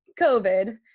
covid